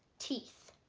teeth